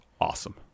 awesome